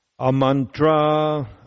Amantra